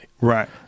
Right